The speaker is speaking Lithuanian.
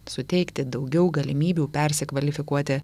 suteikti daugiau galimybių persikvalifikuoti